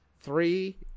three